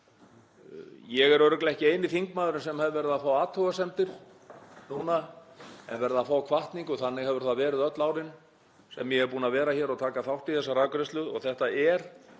Ég er örugglega ekki eini þingmaðurinn sem hef verið að fá athugasemdir núna, hef verið að fá hvatningu. Þannig hefur það verið öll árin sem ég er búinn að vera hér og taka þátt í þessari afgreiðslu. Þetta er